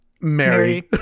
mary